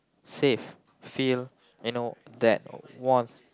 safe feel you know that was